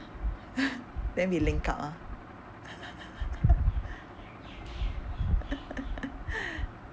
then we link up ah